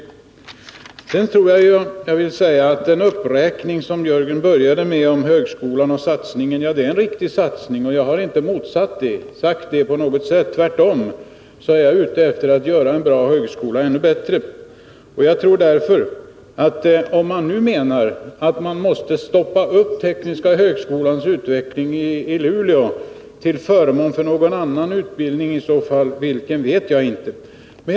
Jörgen Ullenhag började med en uppräkning i fråga om högskolan och satsningen. Det är en riktig satsning, och jag har inte på något sätt motsagt det. Tvärtom är jag ute efter att göra en bra högskola ännu bättre. Om man nu anser att man måste stoppa utvecklingen av den tekniska högskolan i Luleå till förmån för någon annan utbildning, vet jag i så fall inte vilken utbildning man syftar på.